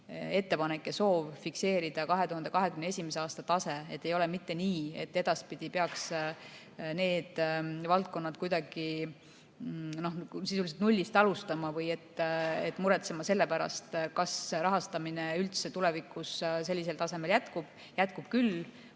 ettepanek ja soov, et fikseeritakse 2021. aasta tase. Ei ole mitte nii, et edaspidi peaks need valdkonnad sisuliselt nullist alustama või muretsema selle pärast, kas rahastamine üldse tulevikus sellisel tasemel jätkub. Jätkub küll.